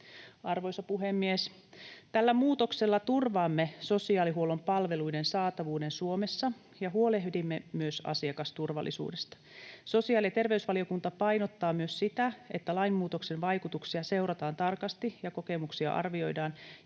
Arvoisa puhemies! Tällä muutoksella turvaamme sosiaalihuollon palveluiden saatavuuden Suomessa ja huolehdimme myös asiakasturvallisuudesta. Sosiaali- ja terveysvaliokunta painottaa myös sitä, että lainmuutoksen vaikutuksia seurataan tarkasti ja kokemuksia arvioidaan,